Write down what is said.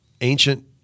ancient